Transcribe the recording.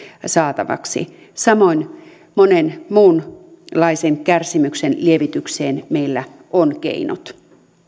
saatavaksi samoin monen muunlaisen kärsimyksen lievitykseen meillä on keinot